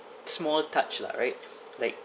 small touch lah right like